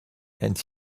and